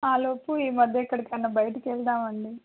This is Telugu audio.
ఆలోపు ఈ మధ్య ఎక్కడికన్నా బయటికెళ్దాం అండి